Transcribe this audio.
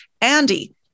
Andy